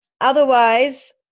Otherwise